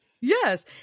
Yes